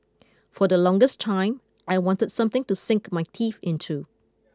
for the longest time I wanted something to sink my teeth into